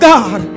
God